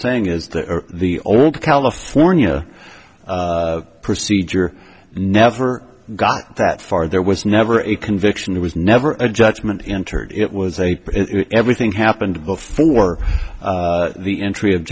saying is that the old california procedure never got that far there was never a conviction there was never a judgment entered it was a everything happened before the entry of